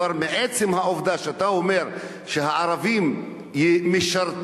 כבר מעצם העובדה שאתה אומר שהערבים משרתים